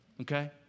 Okay